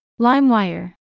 LimeWire